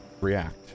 react